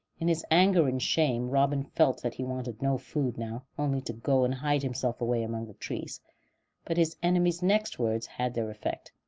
in his anger and shame robin felt that he wanted no food now, only to go and hide himself away among the trees but his enemy's next words had their effect.